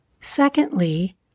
Secondly